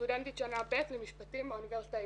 סטודנטית שנה ב' למשפטים מהאוניברסיטה העברית.